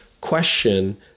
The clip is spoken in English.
question